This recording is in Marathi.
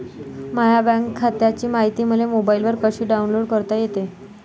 माह्या बँक खात्याची मायती मले मोबाईलवर कसी डाऊनलोड करता येते?